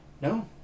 No